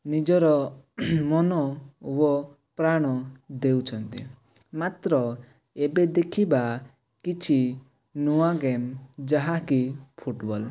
ନିଜର ମନ ଓ ପ୍ରାଣ ଦେଉଛନ୍ତି ମାତ୍ର ଏବେ ଦେଖିବା କିଛି ନୂଆ ଗେମ୍ ଯାହାକି ଫୁଟବଲ୍